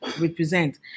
represent